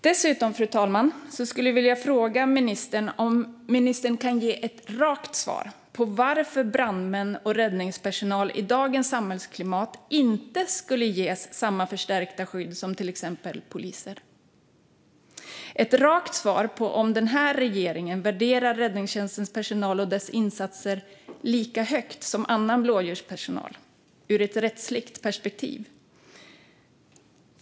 Dessutom, fru talman, skulle jag vilja fråga ministern om han kan ge ett rakt svar på varför brandmän och räddningspersonal i dagens samhällsklimat inte skulle ges samma förstärkta skydd som till exempel poliser. Jag vill ha ett rakt svar på om den här regeringen värderar räddningstjänstens personal och dess insatser lika högt som annan blåljuspersonal ur ett rättsligt perspektiv.